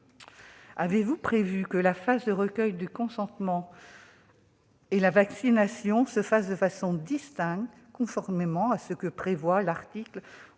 Avez-vous prévu que la phase de recueil du consentement et la vaccination se fassent de façon distincte, conformément à ce que prévoit l'article